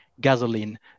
gasoline